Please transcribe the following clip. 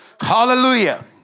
Hallelujah